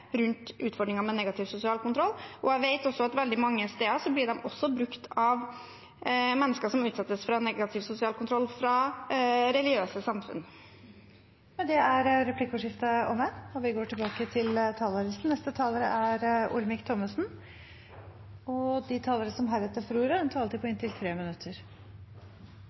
rundt utfordringene med negativ sosial kontroll. Jeg vet at veldig mange steder blir de også brukt av mennesker som utsettes for negativ sosial kontroll fra religiøse samfunn. Replikkordskiftet er omme. De talere som heretter får ordet, har en taletid på inntil 3 minutter. Et viktig tema som